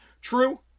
true